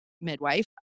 midwife